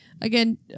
again